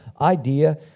idea